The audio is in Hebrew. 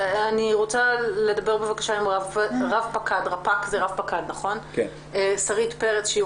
אני רוצה לדבר עם רפ"ק שרית פרץ שהיא